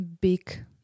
big